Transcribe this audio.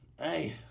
Hey